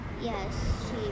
Yes